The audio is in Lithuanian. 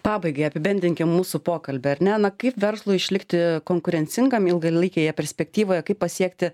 pabaigai apibendrinkim mūsų pokalbį ar ne na kaip verslui išlikti konkurencingam ilgalaikėje perspektyvoje kaip pasiekti